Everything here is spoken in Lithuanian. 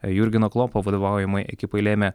jurgeno klopo vadovaujamai ekipai lėmė